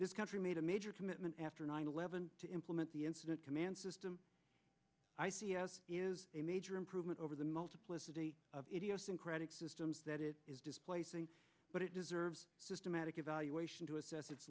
this country made a major commitment after nine eleven to implement the incident command system i see as is a major improvement over the multiplicity of idiosyncratic systems that it is displacing but it deserves systematic evaluation to assess its